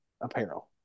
apparel